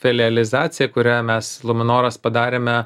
filializacija kurią mes luminoras padarėme